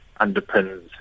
underpins